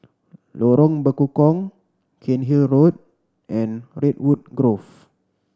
Lorong Bekukong Cairnhill Road and Redwood Grove